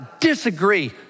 disagree